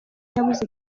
yabuze